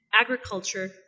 agriculture